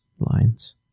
lines